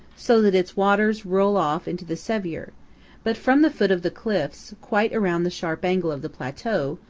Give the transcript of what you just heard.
so that its waters roll off into the sevier but from the foot of the cliffs, quite around the sharp angle of the plateau,